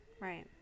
Right